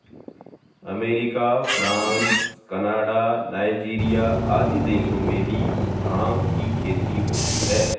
America, France, Canada, Nigeria आदि देशों में भी भाँग की खेती होती है